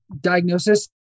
diagnosis